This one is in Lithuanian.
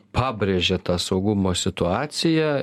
pabrėžia tą saugumo situaciją